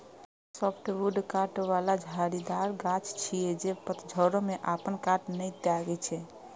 softwood कांट बला झाड़ीदार गाछ छियै, जे पतझड़ो मे अपन कांट नै त्यागै छै